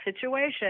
situation